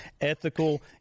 ethical